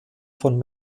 von